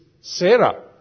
Sarah